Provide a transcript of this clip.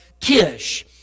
Kish